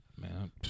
Man